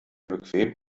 bequem